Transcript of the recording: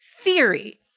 theory